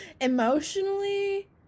Emotionally